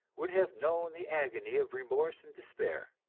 would have known the agony of remorse and despair.